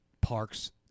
parks